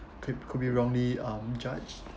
cou~ could be wrongly um judged